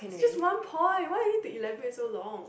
is just one point why you need to elaborate so long